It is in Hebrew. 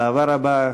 באהבה רבה,